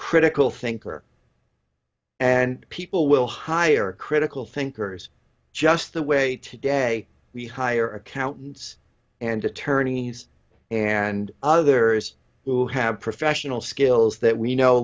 critical thinker and people will hire critical thinkers just the way today we hire accountants and attorneys and others who have professional skills that we no